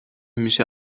میشه